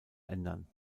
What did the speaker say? ändern